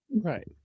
Right